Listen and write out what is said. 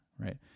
Right